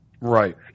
Right